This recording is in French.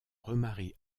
remarie